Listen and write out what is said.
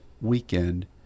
weekend